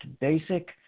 basic